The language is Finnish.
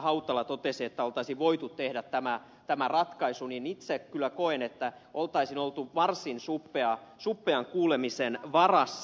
hautala näin totesi että oltaisiin voitu tehdä tämä tämä ratkaisu niin itse kyllä koen että olisi oltu varsin suppean kuulemisen varassa